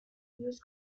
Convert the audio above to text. news